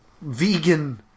vegan